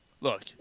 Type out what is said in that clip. look